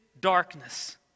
darkness